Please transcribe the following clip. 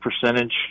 percentage